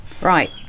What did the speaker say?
Right